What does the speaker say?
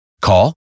Call